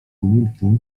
umilkli